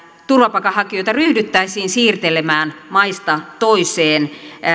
turvapaikanhakijoita ryhdyttäisiin siirtelemään maasta toiseen